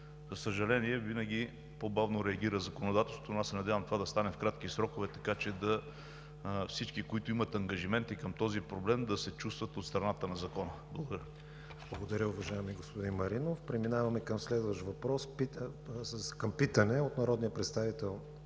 За съжаление, винаги по-бавно реагира законодателството, но аз се надявам това да стане в кратки срокове, така че всички, които имат ангажимент към този проблем, да се чувстват от страната на закона. Благодаря. ПРЕДСЕДАТЕЛ КРИСТИАН ВИГЕНИН: Благодаря, уважаеми господин Маринов. Преминаваме към питане от народния представител